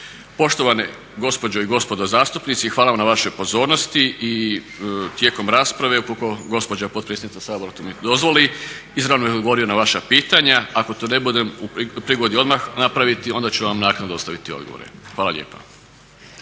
Poštovane gospođe i gospodo zastupnici hvala vam na vašoj pozornosti. I tijekom rasprave ukoliko gospođa potpredsjednica Sabora to mi dozvoli izravno bih odgovorio na vaša pitanja. Ako to ne budem u prigodi odmah napraviti onda ću vam naknadno dostaviti odgovore. Hvala lijepa.